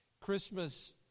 Christmas